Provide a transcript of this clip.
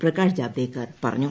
പ്രകാശ് ജാവ്ദേക്കർ പറഞ്ഞു